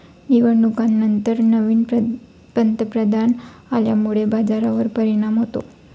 निवडणुकांनंतर नवीन पंतप्रधान आल्यामुळे बाजारावर परिणाम होतो